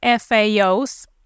FAO's